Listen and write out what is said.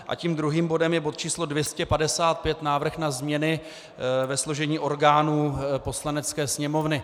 A tím druhým bodem je bod číslo 255, Návrh na změny ve složení orgánů Poslanecké sněmovny.